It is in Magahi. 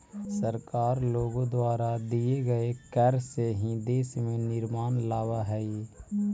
सरकार लोगों द्वारा दिए गए कर से ही देश में निर्माण लावअ हई